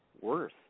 worse